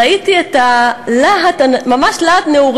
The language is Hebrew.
בעיני את סמל למנהיגות נשית פורצת דרך.